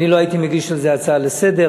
אני לא הייתי מגיש על זה הצעה לסדר-היום.